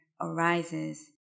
arises